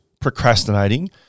procrastinating